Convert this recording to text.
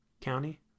County